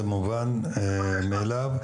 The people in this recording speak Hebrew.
זה מובן מאליו.